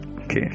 Okay